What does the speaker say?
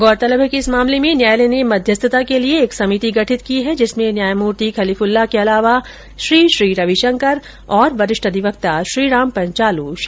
गौरतलब है कि इस मामले में न्यायालय ने मध्यस्थता के लिए एक समिति गठित की है जिसमें न्यायमूर्ति कलीफ़ल्ला के अलावा श्री श्री रविशंकर और वरिष्ठ अधिवक्ता श्रीराम पंचालू शामिल हैं